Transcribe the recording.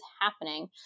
happening